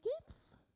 gifts